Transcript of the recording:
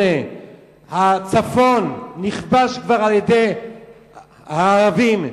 הצפון נכבש כבר על-ידי הערבים.